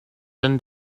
than